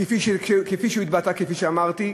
כפי שהוא התבטא, כפי שאמרתי.